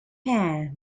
hand